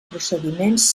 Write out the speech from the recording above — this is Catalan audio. procediments